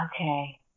okay